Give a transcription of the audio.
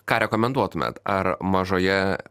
ką rekomenduotumėt ar mažoje